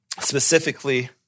Specifically